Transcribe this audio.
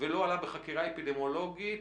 ולא עלה בחקירה אפידמיולוגית,